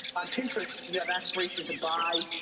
on pinterest, you have aspiration to buy,